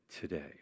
today